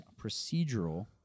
procedural